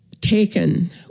taken